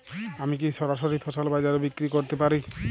আমি কি সরাসরি ফসল বাজারে বিক্রি করতে পারি?